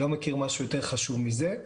לא מכיר משהו יותר חשוב מזה.